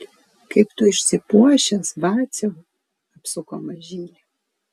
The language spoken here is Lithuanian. kaip tu išsipuošęs vaciau apsuko mažylį